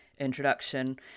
introduction